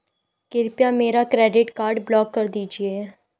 कृपया मेरा credit card block कर दीजिए